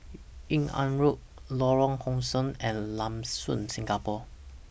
Yung An Road Lorong How Sun and Lam Soon Singapore